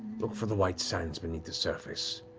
look for the white sands beneath the surface.